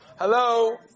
Hello